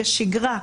כשגרה,